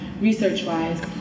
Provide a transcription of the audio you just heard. research-wise